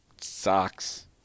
Socks